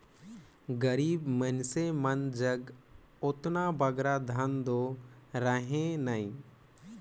गरीब मइनसे मन जग ओतना बगरा धन दो रहें नई